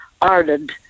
Ireland